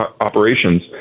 operations